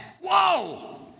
Whoa